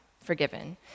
forgiven